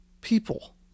people